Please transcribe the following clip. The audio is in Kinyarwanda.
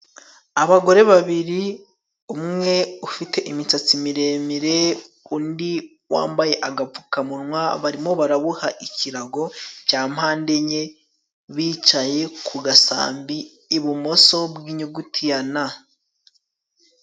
Abagore babiri, umwe ufite imitsatsi miremire undi wambaye agapfukamunwa, barimo baraboha ikirago cya mpande enye, bicaye ku gasambi ibumoso bw'inyuguti ya na.